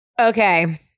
Okay